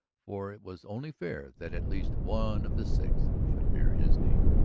for it was only fair that at least one of the six should bear his name.